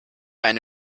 eine